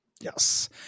Yes